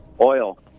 Oil